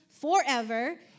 forever